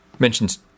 mentions